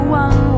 one